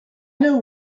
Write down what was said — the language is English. know